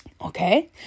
Okay